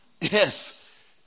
yes